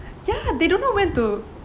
ya they don't know when to